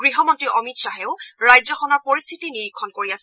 গৃহমন্ত্ৰী অমিত খাহেও ৰাজ্যখনৰ পৰিস্থিতি নিৰীক্ষণ কৰি আছে